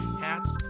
hats